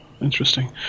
interesting